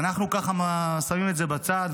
ואנחנו ככה שמים את זה בצד,